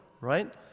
right